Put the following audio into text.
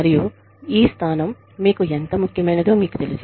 మరియు ఈ స్థానం మీకు ఎంత ముఖ్యమైనదో మీకు తెలుసు